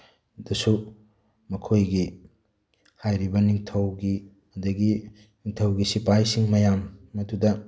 ꯗꯁꯨ ꯃꯈꯣꯏꯒꯤ ꯍꯥꯏꯔꯤꯕ ꯅꯤꯡꯊꯧꯒꯤ ꯑꯗꯒꯤ ꯅꯤꯡꯊꯧꯒꯤ ꯁꯤꯐꯥꯏꯁꯤꯡ ꯃꯌꯥꯝ ꯃꯗꯨꯗ